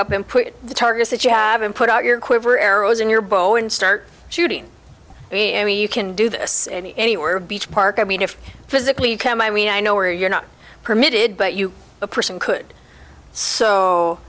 up and put the targets that you haven't put out your quiver arrows in your bow and start shooting i mean you can do this anywhere beach park i mean if physically you can i mean i know where you're not permitted but you a person could so